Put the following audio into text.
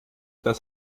das